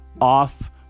off